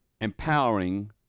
empowering